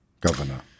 governor